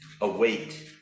Await